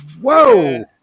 Whoa